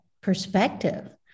perspective